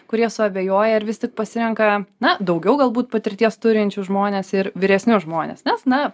kurie suabejoja ar vis tik pasirenka na daugiau galbūt patirties turinčius žmones ir vyresnius žmones nes na